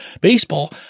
Baseball